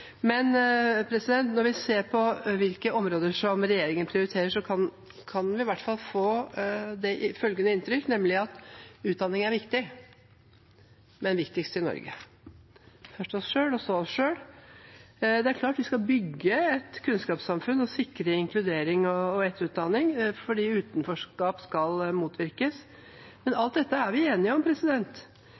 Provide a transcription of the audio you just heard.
Når vi ser på hvilke områder regjeringen prioriterer, kan vi i hvert fall få følgende inntrykk, nemlig at utdanning er viktig, men viktigst i Norge – først oss selv og så oss selv. Det er klart, vi skal bygge et kunnskapssamfunn og sikre inkludering og etterutdanning fordi utenforskap skal motvirkes. Alt dette er vi enige om,